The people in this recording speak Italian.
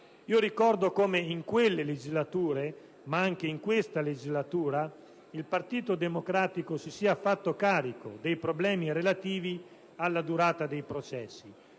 Ricordo come in quelle legislature, ma anche in questa, il Partito Democratico si sia fatto carico dei problemi relativi alla durata dei processi